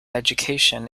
education